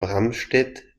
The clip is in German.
bramstedt